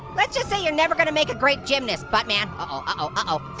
let's just say you're never gonna make a great gymnast buttman. oh